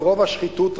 ורוב השחיתות,